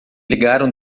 ligaram